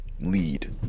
lead